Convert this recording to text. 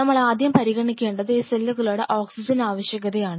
നമ്മളാദ്യം പരിഗണിക്കേണ്ടത് ഈ സെല്ലുകളുടെ ഓക്സിജൻ ആവശ്യകതയാണ്